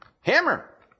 hammer